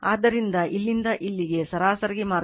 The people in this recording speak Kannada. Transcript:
ಆದ್ದರಿಂದ ಇಲ್ಲಿಂದ ಇಲ್ಲಿಗೆ ಸರಾಸರಿ ಮಾರ್ಗವನ್ನು 0